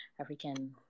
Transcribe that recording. African